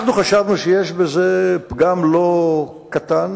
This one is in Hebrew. אנחנו חשבנו שיש בזה פגם לא קטן,